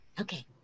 Okay